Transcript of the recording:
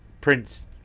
Prince